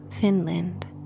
Finland